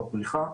בפריחה.